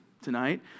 tonight